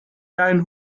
dein